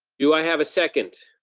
do i have a second?